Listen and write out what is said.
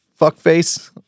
Fuckface